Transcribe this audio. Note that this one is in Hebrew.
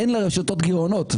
אין לרשתות גירעונות,